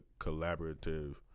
collaborative